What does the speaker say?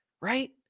right